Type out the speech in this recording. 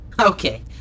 Okay